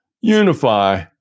unify